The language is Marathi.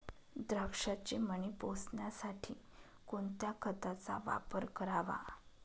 द्राक्षाचे मणी पोसण्यासाठी कोणत्या खताचा वापर करावा?